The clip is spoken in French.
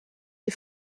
des